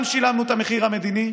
גם שילמנו את המחיר המדיני,